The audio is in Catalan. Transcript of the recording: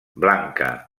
blanca